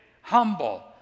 humble